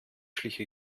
schliche